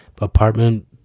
apartment